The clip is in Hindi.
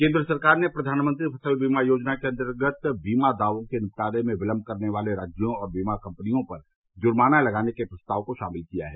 केन्द्र सरकार ने प्रधानमंत्री फसल बीमा योजना के अंतर्गत बीमा दावों के निपटान में विलंब करने वाले राज्यों और बीमा कंपनियों पर जूर्माना लगाने के प्रस्ताव को शामिल किया है